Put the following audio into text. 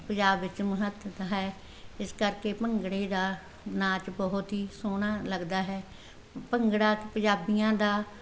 ਪੰਜਾਬ ਵਿੱਚ ਮਹੱਤਤਾ ਹੈ ਇਸ ਕਰਕੇ ਭੰਗੜੇ ਦਾ ਨਾਚ ਬਹੁਤ ਹੀ ਸੋਹਣਾ ਲੱਗਦਾ ਹੈ ਭੰਗੜਾ ਪੰਜਾਬੀਆਂ ਦਾ